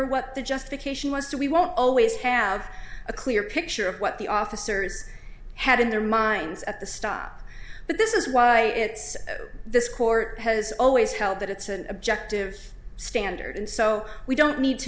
what the justification was to we won't always have a clear picture of what the officers had in their minds at the stop but this is why it's this court has always held that it's an objective standard so we don't need to